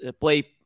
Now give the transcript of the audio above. play